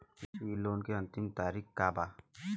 इ लोन के अन्तिम तारीख का बा?